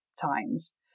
times